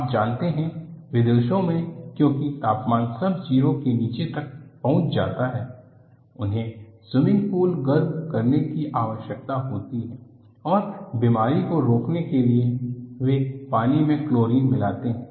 आप जानते है विदेशों में क्योंकि तापमान सब ज़ीरो के नीचे तक पहुंच जाता है उन्हें स्विमिंग पूल गर्म करने की आवश्यकता होती है और बीमारी को रोकने के लिए वे पानी में क्लोरीन मिलाते हैं